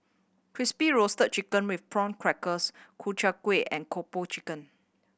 Crispy Roasted Chicken with Prawn Crackers Ku Chai Kueh and Kung Po Chicken